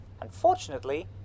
Unfortunately